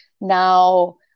now